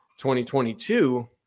2022